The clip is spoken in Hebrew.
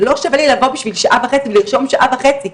זה לא שווה לי לבוא בשביל שעה וחצי ולרשום שעה וחצי.